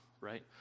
right